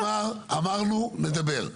נאמר, אמרנו, נדבר.